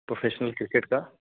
professional cricket کا